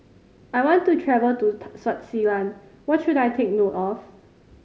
I want to travel to Swaziland what should I take note of